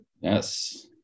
Yes